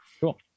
cool